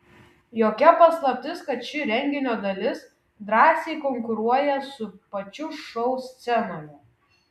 jokia paslaptis kad ši renginio dalis drąsiai konkuruoja su pačiu šou scenoje